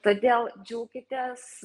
todėl džiaukitės